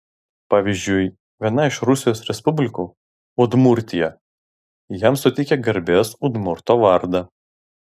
pavyzdžiui viena iš rusijos respublikų udmurtija jam suteikė garbės udmurto vardą